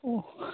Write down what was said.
অঁ